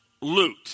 loot